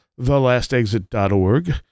thelastexit.org